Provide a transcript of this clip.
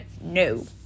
No